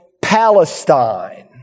Palestine